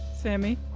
Sammy